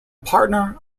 partner